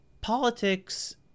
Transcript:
politics